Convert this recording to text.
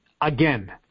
again